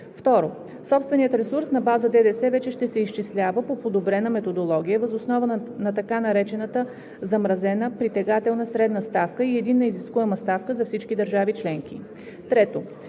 2) собственият ресурс на база ДДС вече ще се изчислява по подобрена методология въз основа на така наречената „замразена“ претеглена средна ставка и единна изискуема ставка за всички държави членки; 3)